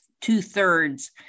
two-thirds